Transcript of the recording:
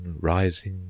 Rising